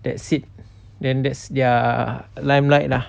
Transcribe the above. that's it then that's their limelight lah